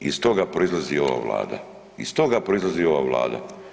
Iz toga proizlazi ova Vlada, iz toga proizlazi ova Vlada.